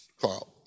Carl